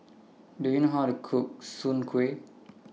Do YOU know How to Cook Soon Kueh